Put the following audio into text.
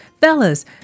Fellas